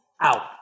out